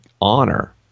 honor